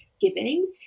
giving